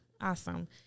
awesome